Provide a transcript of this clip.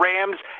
Rams